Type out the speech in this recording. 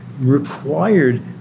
Required